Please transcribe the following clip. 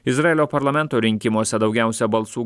izraelio parlamento rinkimuose daugiausiai balsų